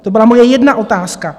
To byla moje jedna otázka.